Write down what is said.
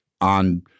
on